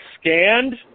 scanned